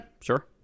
Sure